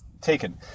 taken